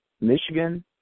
Michigan